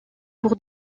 pour